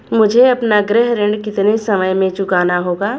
मुझे अपना गृह ऋण कितने समय में चुकाना होगा?